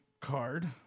card